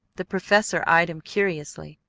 the professor eyed him curiously.